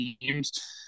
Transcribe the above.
teams